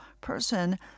person